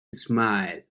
smile